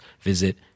visit